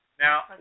Now